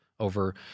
over